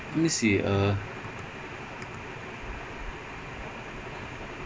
wallan அங்க இல்ல:anga illa wallan moved to monaco